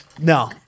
No